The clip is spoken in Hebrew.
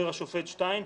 אומר השופט שטיין,